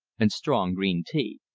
and strong green tea.